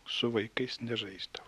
su vaikais nežaisdavo